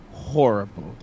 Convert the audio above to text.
Horrible